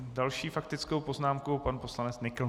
S další faktickou poznámkou pan poslanec Nykl.